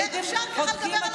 איך אפשר לשמוע דבר כזה?